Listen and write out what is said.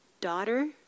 Daughter